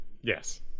Yes